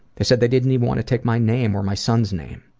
they said they didn't even want to take my name or my son's name.